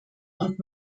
und